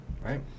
Right